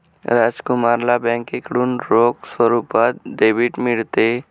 राजकुमारला बँकेकडून रोख स्वरूपात डेबिट मिळते